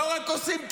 לא רק עושים קידוש,